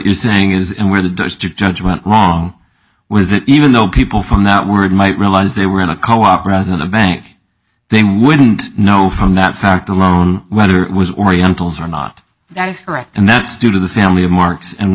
you're saying is and where the judge went wrong was that even though people from that word might realize they were in a co op rather than a bank they wouldn't know from that fact alone whether it was orientals or not that is correct and that's due to the family of marx and